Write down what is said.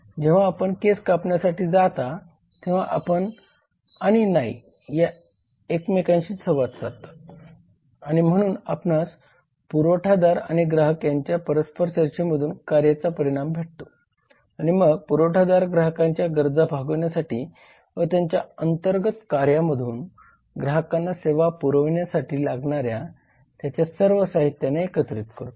म्हणून जेव्हा आपण केस कापण्यासाठी जाता तेव्हा आपण आणि नाई एकमेकांशी संवाद साधता आणि म्हणून आपणास पुरवठादार आणि ग्राहक यांच्या परस्पर चर्चेमधून कार्यांचा परिणाम भेटतो आणि मग पुरवठादार ग्राहकांच्या गरजा भागविण्यासाठी व त्याच्या अंर्तगत कार्यामधून ग्राहकांना सेवा पुरविण्यासाठी लागणाऱ्या त्याच्या सर्व साहित्यांना एकत्रित करतो